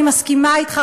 אני מסכימה אתך,